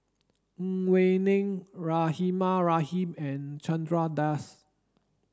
Ang Wei Neng Rahimah Rahim and Chandra Das